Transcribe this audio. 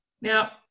Now